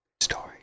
Story